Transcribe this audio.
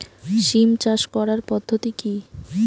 সিম চাষ করার পদ্ধতি কী?